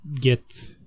get